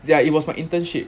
yeah it was my internship